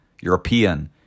European